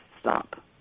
stop